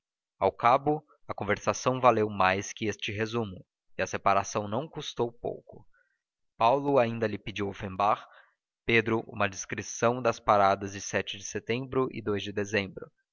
ao cabo a conversação valeu mais que este resumo e a separação não custou pouco paulo ainda lhe pediu offenbach pedro uma descrição das paradas de de setembro e de dezembro